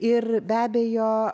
ir be abejo